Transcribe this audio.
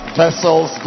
vessels